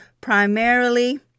Primarily